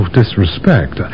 disrespect